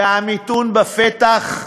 והמיתון בפתח,